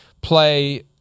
play